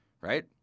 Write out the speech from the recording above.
right